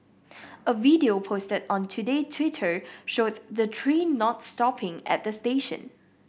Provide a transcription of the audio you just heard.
a video posted on Today Twitter showed the train not stopping at the station